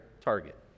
target